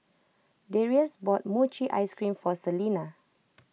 Darius bought Mochi Ice Cream for Selina